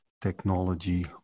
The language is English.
technology